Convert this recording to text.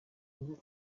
ngo